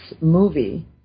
Movie